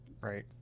Right